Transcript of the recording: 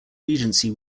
regency